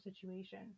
situation